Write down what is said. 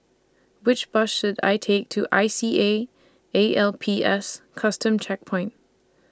Which Bus should I Take to I C A A L P S Custom Checkpoint